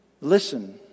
listen